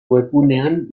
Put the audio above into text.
webgunean